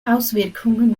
auswirkungen